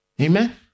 Amen